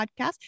podcast